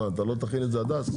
מה, אתה לא תכין את זה עד אז?